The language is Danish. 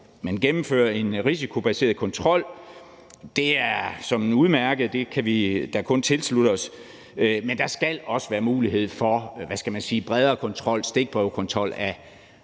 Man gennemfører også en risikobaseret kontrol. Det er såmænd udmærket, det kan vi da kun tilslutte os, men der skal også være mulighed for, hvad skal man sige, bredere kontrol,